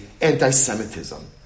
anti-Semitism